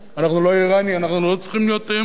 אנחנו לא אירנים, אנחנו לא צריכים להיות מודאגים?